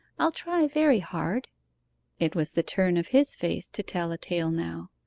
i'll try very hard it was the turn of his face to tell a tale now.